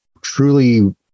truly